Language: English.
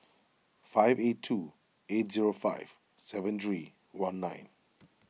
five eight two eight zero five seven three one nine